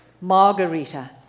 Margarita